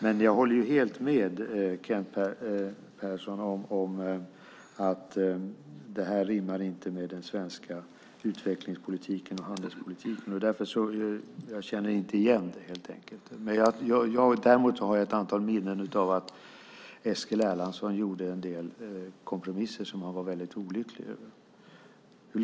Men jag håller helt med Kent Persson om att detta inte rimmar med den svenska utvecklings och handelspolitiken. Jag känner inte igen det, helt enkelt. Däremot har jag minne av att Eskil Erlandsson gjorde en del kompromisser som han var väldigt olycklig över.